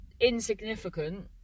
insignificant